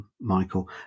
Michael